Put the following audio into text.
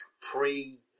pre